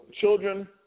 children